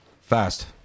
Fast